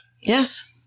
Yes